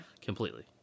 Completely